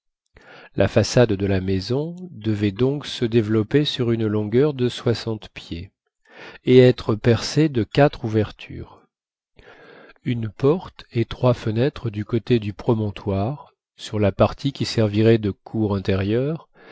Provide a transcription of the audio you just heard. la façade de la maison devait donc se développer sur une longueur de soixante pieds et être percée de quatre ouvertures une porte et trois fenêtres du côté du promontoire sur la partie qui servirait de cour intérieure